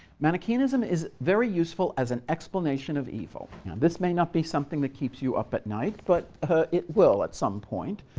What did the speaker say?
manicheanism is very useful as an explanation of evil. and this may not be something that keeps you up at night, but it will at some point,